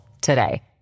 today